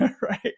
Right